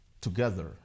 together